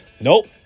Nope